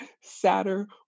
sadder